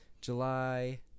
july